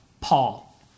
Paul